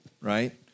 right